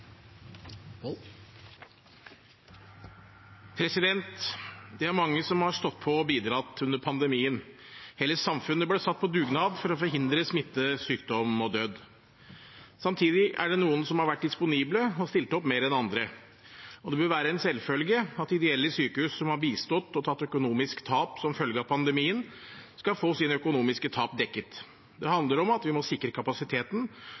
mange som har stått på og bidratt under pandemien. Hele samfunnet ble satt på dugnad for å forhindre smitte, sykdom og død. Samtidig er det noen som har vært disponible og har stilt opp mer enn andre. Det vil være en selvfølge at ideelle sykehus, som har bistått og tatt økonomiske tap som følge av pandemien, skal få sine økonomiske tap dekket. Det handler om at vi må sikre kapasiteten